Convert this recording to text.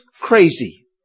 crazy